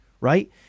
right